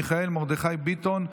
מיכאל מרדכי ביטון,